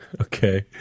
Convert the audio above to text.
okay